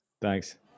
Thanks